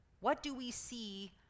what-do-we-see